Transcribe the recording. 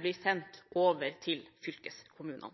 blir sendt over til fylkeskommunene.